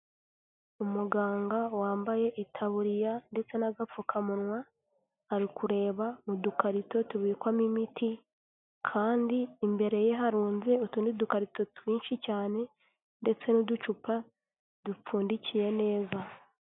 Umuganga wambaye itaburiya ndetse n'agapfukamunwa ari kureba mu dukarito tubikwamo imiti, kandi imbere ye harunze utundi dukarito twinshi cyane ndetse n'uducupa dupfundikiye neza.